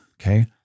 okay